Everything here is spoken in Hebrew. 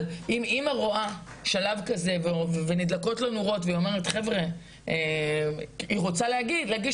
אבל אם אמא רואה שלב כזה ונדלקות לה נורות והיא רוצה להגיש